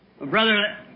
brother